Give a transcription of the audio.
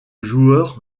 joueur